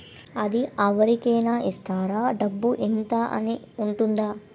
అది అవరి కేనా ఇస్తారా? డబ్బు ఇంత అని ఉంటుందా?